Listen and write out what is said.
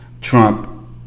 Trump